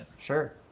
Sure